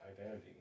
identity